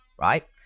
Right